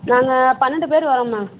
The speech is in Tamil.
நாங்கள் பன்னெண்டு பேர் வர்றோம் மேம்